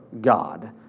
god